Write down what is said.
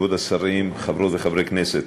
כבוד השרים, חברות וחברי הכנסת,